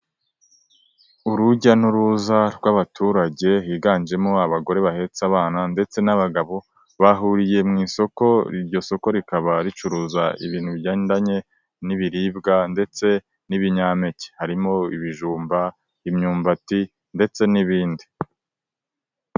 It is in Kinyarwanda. Urujya n'uruza rw'abaturage higanjemo abagore bahetse abana ndetse n'abagabo. Bahuriye mu isoko, iryo soko rikaba ricuruza ibintu bigendanye n'ibiribwa ndetse n'ibinyampeke, harimo ibijumba, imyumbati, ndetse n'ibindi.